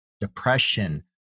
depression